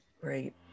Great